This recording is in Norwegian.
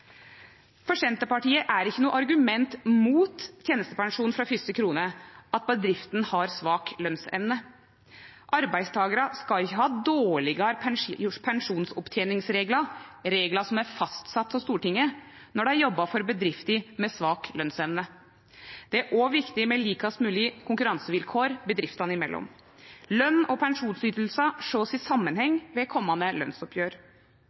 For Senterpartiet er det ikkje noko argument mot tenestepensjon frå fyrste krone at bedrifta har svak lønsevne. Arbeidstakarar skal ikkje ha dårlegare pensjonsoppteningsreglar, reglar som er fastsette av Stortinget, når dei jobbar for bedrifter med svak lønsevne. Det er òg viktig med likast moglege konkurransevilkår bedriftene imellom. Løn og pensjonsytingar vert sett i